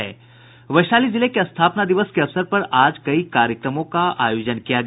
वैशाली जिले के स्थापना दिवस के अवसर पर आज कई कार्यक्रमों का आयोजन किया गया